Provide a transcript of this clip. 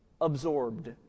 absorbed